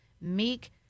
meek